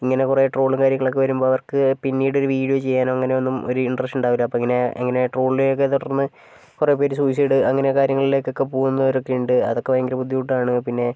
ഇങ്ങനെ കുറെ ട്രോളും കാര്യങ്ങളൊക്കെ വരുമ്പോൾ അവർക്ക് പിന്നീട് ഒരു വീഡിയോ ചെയ്യാനോ അങ്ങനെയൊന്നും ഒരു ഇൻറ്ററഷൻ ഉണ്ടാവില്ല അപ്പോൾ ഇങ്ങനെ ഇങ്ങനെ ട്രോളിലെക്കേ തുടർന്ന് കുറെ പേർ സൂയിസൈഡ് അങ്ങനെ കാര്യങ്ങളിലേക്കെക്കേ പോകുന്നവരൊക്കെ ഉണ്ട് അതൊക്കെ ഭയങ്കര ബുദ്ധിമുട്ടാണ് പിന്നെ